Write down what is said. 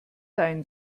dein